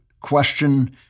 Question